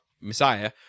messiah